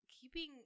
keeping